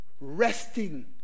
resting